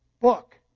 book